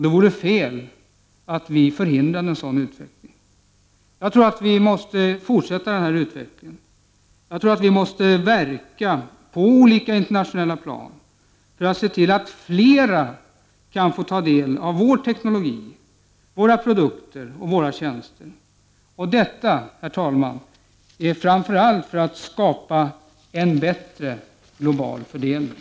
Det vore fel att förhindra en sådan utveckling. Jag tror att denna utveckling måste fortsätta. Vi måste verka på olika internationella plan för att se till att flera kan få ta del av vår teknologi, våra produkter och våra tjänster. Detta, herr talman, är framför allt för att skapa en bättre global fördelning.